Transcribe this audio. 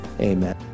amen